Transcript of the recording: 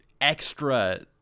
extra